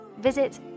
Visit